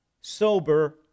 sober